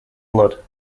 blood